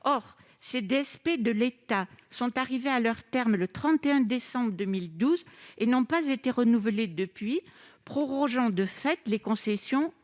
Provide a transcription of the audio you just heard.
public (DSP) de l'État sont arrivées à leur terme le 31 décembre 2012 et n'ont pas été renouvelées depuis, prorogeant de fait les concessions